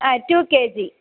ആ two K G